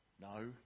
no